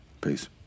peace